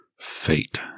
Fate